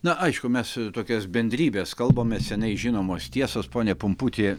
na aišku mes tokias bendrybes kalbame seniai žinomos tiesos pone pumputi